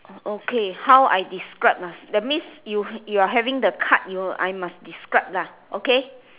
okay how I describe ah that means you you're having the card I must describe lah okay